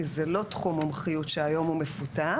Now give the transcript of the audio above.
כי זה לא תחום מומחיות שהיום הוא מפותח.